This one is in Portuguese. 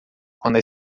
quando